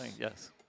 Yes